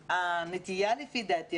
הנטייה לפי דעתי,